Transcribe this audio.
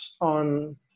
on